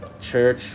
Church